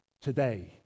today